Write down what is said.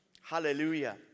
Hallelujah